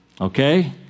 Okay